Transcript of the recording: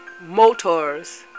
motors